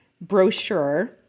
brochure